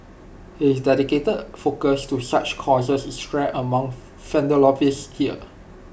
his dedicated focus to such causes is rare among philanthropists here